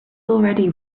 already